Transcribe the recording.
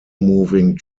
moving